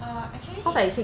err actually in